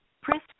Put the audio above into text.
Press